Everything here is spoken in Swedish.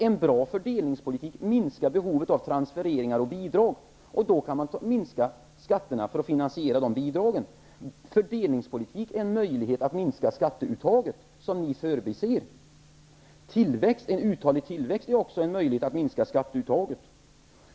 En bra fördelningspolitik minskar behovet av transfereringar och bidrag, och då kan man minska de skatter som annars behövs för att finansiera de bidragen. Fördelningspolitik innebär en möjlighet att minska skatteuttaget, en möjlighet som ni förbiser. En uthållig tillväxt innebär också en möjlighet att minska skatteuttaget.